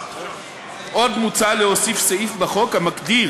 עוד מוצע להוסיף סעיף בחוק המגדיר